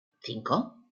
cinco